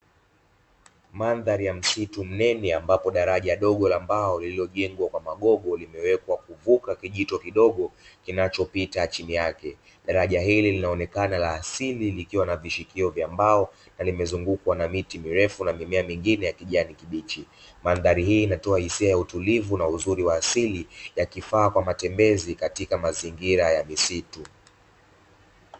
Mandhari ya msitu mnene ambapo daraja dogo la mbao lililojengwa kwa magogo limewekwa kuvuka kijito kidogo kinachopita chini yake, daraja hili linaonekana la asili likiwa na vishikio vya mbao na limezungukwa na miti mirefu na mimea mingine ya kijani kibichi. Mandhari hii inatoa hisia ya utulivu na uzuri wa asili yakifaa kwa matembezi katika mazingira ya misitu.